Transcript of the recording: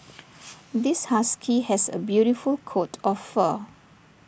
this husky has A beautiful coat of fur